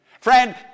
Friend